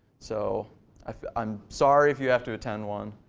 so i'm sorry if you have to attend one,